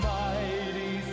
mighty